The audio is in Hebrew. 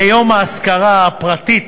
ביום האזכרה הפרטית